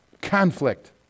conflict